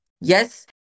Yes